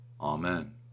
amen